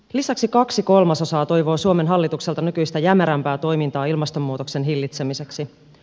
lisäksi kaksi kolmasosaa toivoo suomen hallitukselta nykyistä jämerämpää toimintaa ilmastonmuutoksen hillitsemiseksi